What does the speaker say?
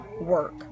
work